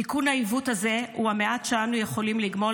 תיקון העיוות הזה הוא המעט שאנו יכולים לגמול